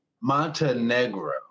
Montenegro